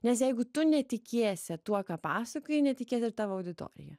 nes jeigu tu netikėsi tuo ką pasakoji netikės ir tavo auditorija